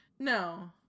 No